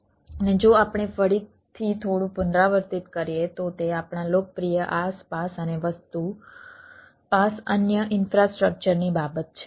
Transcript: અને જો આપણે ફરીથી થોડું પુનરાવર્તિત કરીએ તો તે આપણા લોકપ્રિય IaaS PaaS અને વસ્તુ PaaS અન્ય ઇન્ફ્રાસ્ટ્રક્ચરની બાબત છે